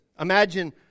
Imagine